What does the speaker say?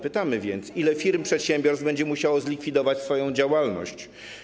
Pytamy więc: Ile firm, przedsiębiorstw będzie musiało zlikwidować swoją działalność?